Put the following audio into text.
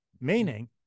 meaning